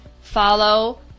follow